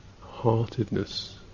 heartedness